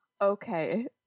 Okay